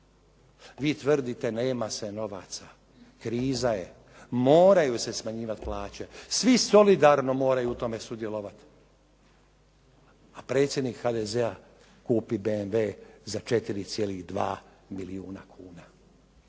Vi tvrdite nema se novaca, kriza je, moraju se smanjivati plaće. Svi solidarno moraju u tome sudjelovati. A predsjednik HDZ-a kupi BMW za 4,2 milijuna kuna.